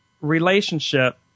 relationship